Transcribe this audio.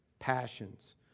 passions